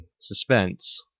suspense